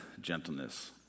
gentleness